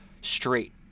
straight